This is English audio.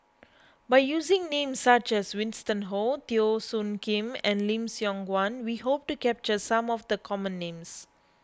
by using names such as Winston Oh Teo Soon Kim and Lim Siong Guan we hope to capture some of the common names